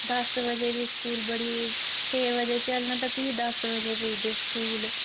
दस बजे बी स्कूल बड़ी छे बजे चलन तां फ्ही दस बजे पुज्जदे स्कूल